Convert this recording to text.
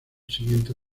siguiente